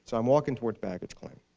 so i'm walking toward baggage claim.